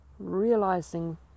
Realizing